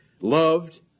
loved